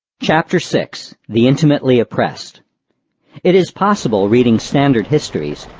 chapter six the intimately oppressed it is possible, reading standard histories,